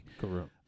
Correct